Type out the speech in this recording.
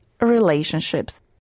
relationships